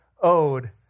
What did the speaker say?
owed